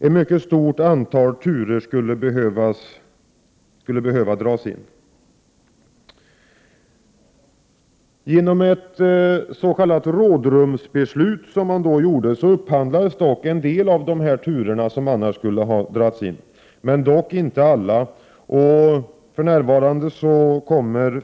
Ett mycket stort antal turer skulle behöva dras in. Genom ett s.k. rådrumsbeslut upphandlades dock en del av dessa hotade turer, men inte alla.